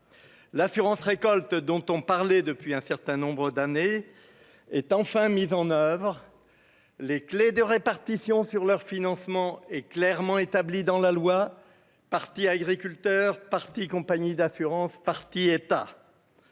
l'assurance récolte dont on parlait depuis un certain nombre d'années, est enfin mise en oeuvre, les clés de répartition sur leur financement est clairement établies dans la loi, parti agriculteur partie compagnies d'assurance parti État.